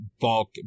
bulk